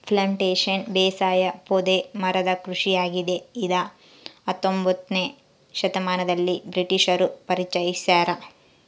plantation ಬೇಸಾಯ ಪೊದೆ ಮರದ ಕೃಷಿಯಾಗಿದೆ ಇದ ಹತ್ತೊಂಬೊತ್ನೆ ಶತಮಾನದಲ್ಲಿ ಬ್ರಿಟಿಷರು ಪರಿಚಯಿಸ್ಯಾರ